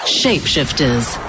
shapeshifters